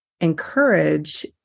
encourage